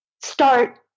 start